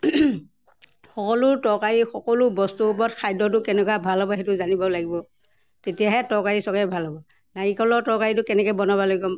সকলো তৰকাৰী সকলো বস্তুৰ ওপৰত খাদ্যটো কেনেকুৱা ভাল হ'ব সেইটো জানিব লাগিব তেতিয়াহে তৰকাৰী চৰকাৰী ভাল হ'ব নাৰিকলৰ তৰকাৰীটো কেনেকৈ বনাব লাগিব